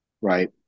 right